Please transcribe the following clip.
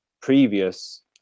previous